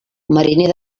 mariner